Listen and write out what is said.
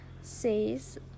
says